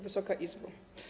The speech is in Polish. Wysoka Izbo!